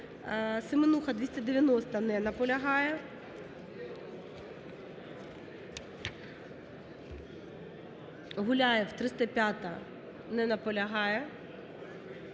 Семенуха, 290-а. Не наполягає. Гуляєв, 305-а. Не наполягає.